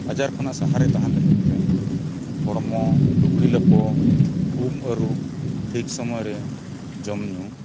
ᱟᱡᱟᱨ ᱠᱷᱚᱱᱟᱜ ᱥᱟᱦᱟᱨᱮ ᱛᱟᱦᱮᱱ ᱞᱟᱹᱜᱤᱫ ᱛᱮ ᱦᱚᱲᱢᱚ ᱞᱩᱜᱽᱲᱤᱼᱞᱟᱯᱚ ᱩᱢᱼᱟᱹᱨᱩᱵ ᱴᱷᱤᱠ ᱥᱚᱢᱚᱭ ᱨᱮ ᱡᱚᱢᱼᱧᱩ